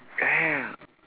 ya ya